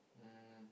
um